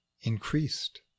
increased